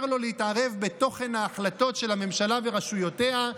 לו להתערב בתוכן ההחלטות של הממשלה ורשויותיה,